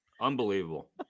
Unbelievable